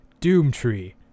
Doomtree